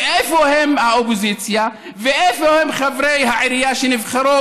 ואיפה האופוזיציה ואיפה חברי העירייה שנבחרו